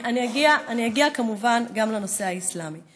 אני אגיע כמובן גם לנושא האסלאם.